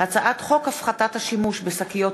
איילת שקד,